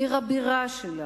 עיר הבירה שלה,